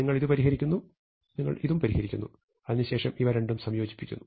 നിങ്ങൾ ഇത് പരിഹരിക്കുന്നു നിങ്ങൾ ഇതും പരിഹരിക്കുന്നു അതിനു ശേഷം ഇവ രണ്ടും സംയോജിപ്പിക്കുന്നു